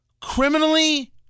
Criminally